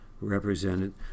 represented